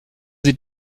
sie